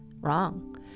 wrong